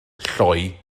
lloi